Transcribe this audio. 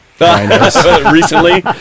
Recently